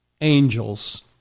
angels